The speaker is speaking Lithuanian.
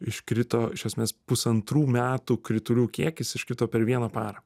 iškrito iš esmės pusantrų metų kritulių kiekis iškrito per vieną parą